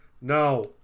No